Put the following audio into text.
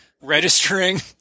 registering